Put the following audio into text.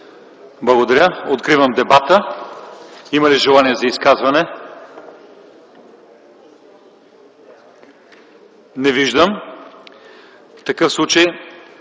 Благодаря. Откривам дебата. Има ли желаещи за изказвания? Не виждам. В такъв случай